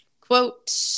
Quote